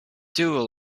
duel